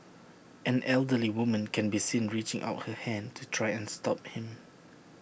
an elderly woman can be seen reaching out her hand to try and stop him